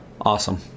Awesome